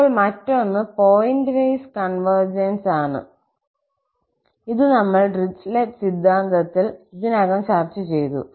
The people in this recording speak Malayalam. ഇപ്പോൾ മറ്റൊന്ന് പോയിന്റ് വൈസ് കോൺവർജൻസ് ആണ് ഇത് നമ്മൾ ഡിറിച്ലെറ്റ് സിദ്ധാന്തത്തിൽ ഇതിനകം ചർച്ച ചെയ്ത